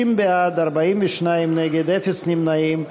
60 בעד, 42 נגד, אפס נמנעים.